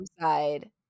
side